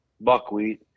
buckwheat